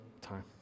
time